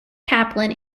kaplan